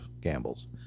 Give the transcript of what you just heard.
gambles